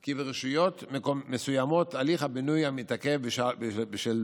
כי ברשויות מסוימות הליך הבינוי מתעכב בשל